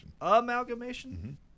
Amalgamation